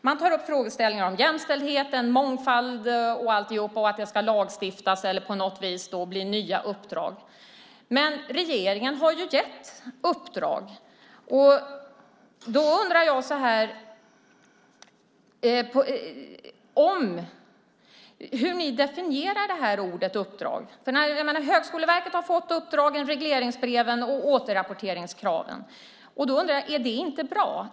Man tar upp frågeställningar om jämställdhet och mångfald, och alltihop ska det lagstiftas om eller på något vis bli nya uppdrag. Regeringen har ju gett uppdrag. Jag undrar hur ni definierar ordet uppdrag. Högskoleverket har fått uppdragen, regleringsbreven och återrapporteringskraven. Är det inte bra?